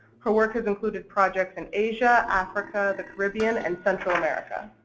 her work has included projects in asia, africa, the caribbean and central america.